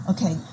Okay